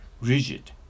rigid